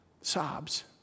sobs